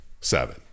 seven